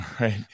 right